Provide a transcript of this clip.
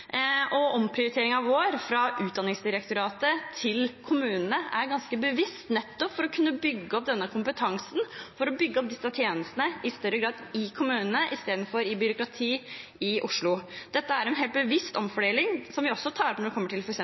vår fra Utdanningsdirektoratet til kommunene er ganske bevisst, nettopp for å kunne bygge opp denne kompetansen og disse tjenestene i større grad i kommunene i stedet for i byråkratiet i Oslo. Dette er en helt bevisst omfordeling, som vi også tar opp når det